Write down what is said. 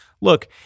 look